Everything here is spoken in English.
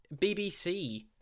BBC